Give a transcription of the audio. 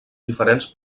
diferents